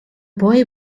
boy